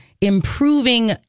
Improving